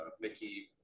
Mickey